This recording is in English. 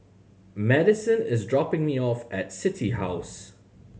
Madyson is dropping me off at City House